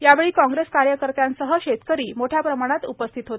यावेळी काँग्रेस कार्यकर्त्यासह शेतकरी मोठ्या प्रमाणात उपस्थित होते